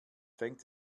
fängt